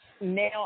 Now